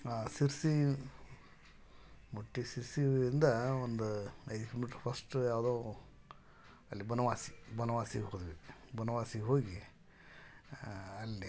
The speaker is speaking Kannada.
ಶಿರಸಿ ಮುಟ್ಟಿ ಶಿರಸಿ ಇಂದ ಒಂದು ಐದು ಕಿಲೋಮೀಟರ್ ಫಸ್ಟ್ ಯಾವುದೋ ಅಲ್ಲಿ ಬನವಾಸಿ ಬನವಾಸಿಗೆ ಹೋದ್ವಿ ಬನವಾಸಿಗೆ ಹೋಗಿ ಅಲ್ಲಿ